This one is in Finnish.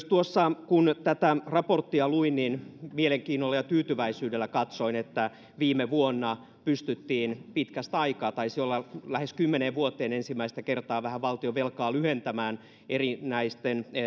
tuossa kun tätä raporttia luin niin mielenkiinnolla ja tyytyväisyydellä katsoin että viime vuonna pystyttiin pitkästä aikaa taisi olla lähes kymmeneen vuoteen ensimmäistä kertaa vähän valtionvelkaa lyhentämään erinäisten